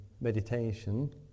meditation